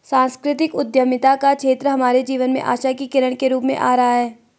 सांस्कृतिक उद्यमिता का क्षेत्र हमारे जीवन में आशा की किरण के रूप में आ रहा है